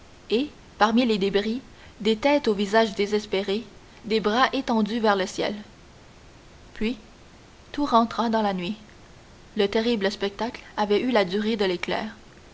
et parmi les débris des têtes aux visages désespérés des bras étendus vers le ciel puis tout rentra dans la nuit le terrible spectacle avait eu la durée de l'éclair